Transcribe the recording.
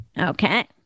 Okay